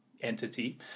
entity